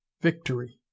VICTORY